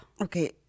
Okay